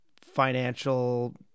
financial